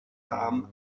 cham